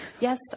Yes